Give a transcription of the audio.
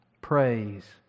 praise